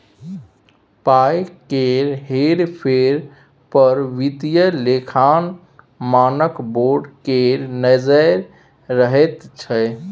पाय केर हेर फेर पर वित्तीय लेखांकन मानक बोर्ड केर नजैर रहैत छै